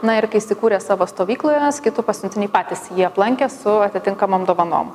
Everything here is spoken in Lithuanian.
na ir kai įsikūrė savo stovykloje skitų pasiuntiniai patys jį aplankė su atitinkamom dovanom